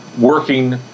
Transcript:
working